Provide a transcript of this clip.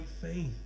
faith